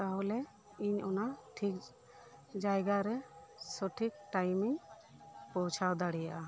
ᱛᱟᱦᱚᱞᱮ ᱤᱧ ᱚᱱᱟ ᱴᱷᱤᱠ ᱡᱟᱭᱜᱟ ᱨᱮ ᱥᱚᱴᱷᱤᱠ ᱴᱟᱭᱤᱢᱤᱧ ᱯᱚᱣᱪᱷᱟᱣ ᱫᱟᱲᱮᱭᱟᱜᱼᱟ